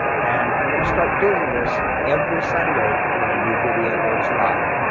and i'm going to start doing this every sunday when a new video goes live.